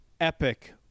epic